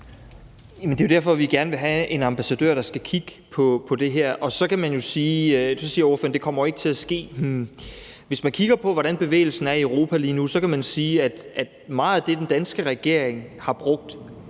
Det er jo derfor, vi gerne vil have en ambassadør, der skal kigge på det her. Og så siger ordføreren, at det ikke kommer til at ske. Hm, hvis man kigger på, hvordan bevægelsen er i Europa lige nu, kan man sige, at meget af det, den danske regering har brugt